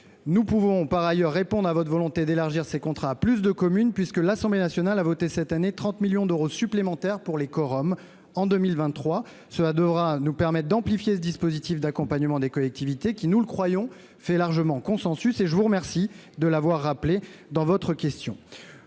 Nous pouvons, par ailleurs, répondre à votre volonté d'élargir ces contrats à plus de communes, puisque l'Assemblée nationale a voté 30 millions d'euros supplémentaires pour les Corom en 2023. Cela nous permettra d'amplifier ce dispositif d'accompagnement des collectivités, qui, nous le croyons, fait largement consensus et je vous remercie de l'avoir rappelé dans votre question.